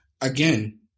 again